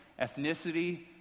ethnicity